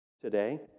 today